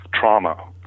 trauma